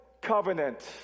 covenant